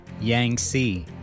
Yangtze